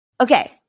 Okay